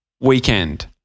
weekend